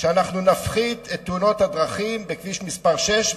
ויגרום להפחתת תאונות הדרכים בכביש 6,